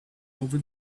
over